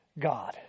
God